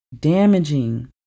damaging